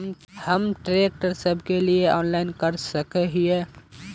हम ट्रैक्टर सब के लिए ऑनलाइन कर सके हिये?